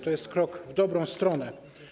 To jest krok w dobrą stronę.